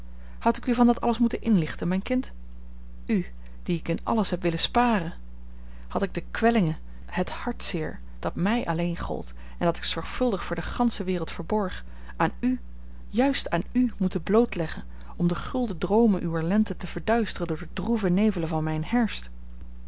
had ik u van dat alles moeten inlichten mijn kind u die ik in alles heb willen sparen had ik de kwellingen het hartzeer dat mij alleen gold en dat ik zorgvuldig voor de gansche wereld verborg aan u juist aan u moeten blootleggen om de gulden droomen uwer lente te verduisteren door de droeve nevelen van mijn herfst